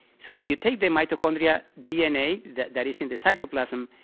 so if you take the mitochondria dna that that is in the cytoplasm,